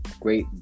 great